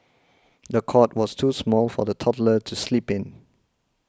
the cot was too small for the toddler to sleep in